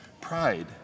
Pride